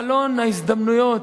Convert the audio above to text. חלון ההזדמנויות,